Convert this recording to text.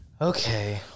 Okay